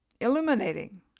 illuminating